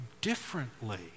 differently